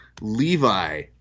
Levi